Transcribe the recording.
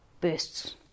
bursts